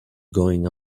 going